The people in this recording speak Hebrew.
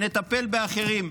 נטפל באחרים.